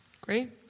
Great